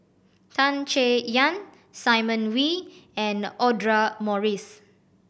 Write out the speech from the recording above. Tan Chay Yan Simon Wee and Audra Morrice